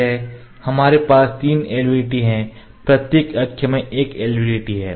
यह LVDT है हमारे पास तीन LVDT हैं प्रत्येक अक्ष में एक LVDT है